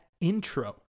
intro